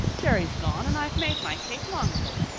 jerry's gone and i've made my cake long ago.